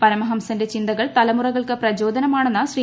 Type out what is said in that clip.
പരമഹംസന്റെ ചിന്തകൾ തലമുറകൾക്ക് പ്രചോദനമാണെന്ന് ശ്രീ